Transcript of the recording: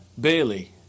Bailey